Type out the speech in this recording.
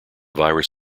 virus